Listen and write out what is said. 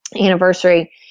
anniversary